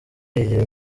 yigira